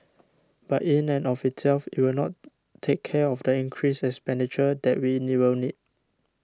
but in and of itself it will not take care of the increased expenditure that we will need